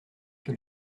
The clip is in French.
que